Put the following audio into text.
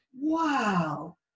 wow